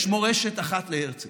יש מורשת אחת להרצל,